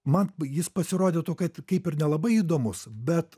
man jis pasirodytų kad kaip ir nelabai įdomus bet